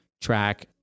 track